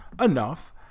enough